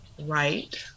right